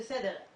בסדר.